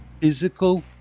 Physical